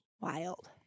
Wild